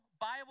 Bible